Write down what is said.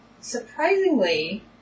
surprisingly